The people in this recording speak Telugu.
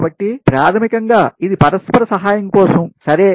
కాబట్టి ప్రాథమికంగా ఇది పరస్పర సహాయం కోసం సరే